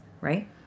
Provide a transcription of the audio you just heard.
right